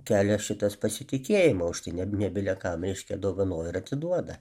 kelia šitas pasitikėjimo užtai ne ne bile kam reiškia dovanoja ir atiduoda